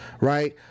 right